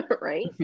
right